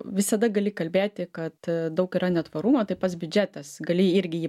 visada gali kalbėti kad daug yra netvarumo tai pats biudžetas gali irgi jį